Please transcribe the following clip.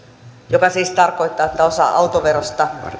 joka siis tarkoittaa että osa autoveron